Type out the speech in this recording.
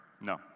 No